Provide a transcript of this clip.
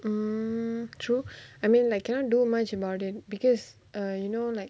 hmm true I mean like cannot do much about it because err you know like